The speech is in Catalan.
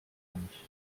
anys